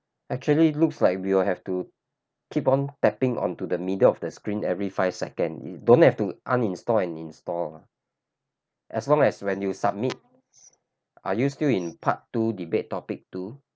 actually looks like we will have to keep on tapping onto the middle of the screen every five second you don't have to uninstall and install ah as long as when you submit are you still in part two debate topic two